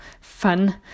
fun